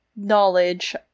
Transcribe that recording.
knowledge